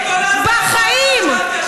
המאפיה הכי גדולה זה, בחיים.